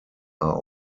are